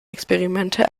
experimente